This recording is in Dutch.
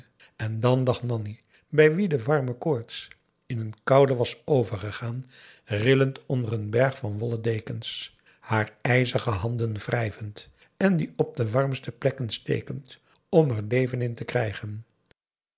en dan lag nanni bij wie de warme koorts in een koude was overgegaan rillend onder een berg van wollen dekens haar ijzige handen wrijvend en die op de warmste plekken stekend om er leven in te krijgen